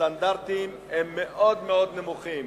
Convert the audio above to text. הסטנדרטים הם מאוד מאוד נמוכים.